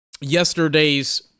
yesterday's